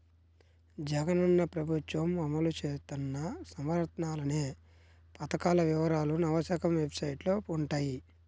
జగనన్న ప్రభుత్వం అమలు చేత్తన్న నవరత్నాలనే పథకాల వివరాలు నవశకం వెబ్సైట్లో వుంటయ్యి